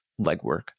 legwork